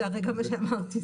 זה מה שאמרתי כרגע.